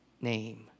name